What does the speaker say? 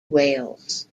wales